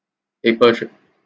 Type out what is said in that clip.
paper trade